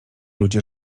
ludzie